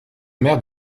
maire